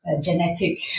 genetic